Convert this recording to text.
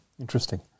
Interesting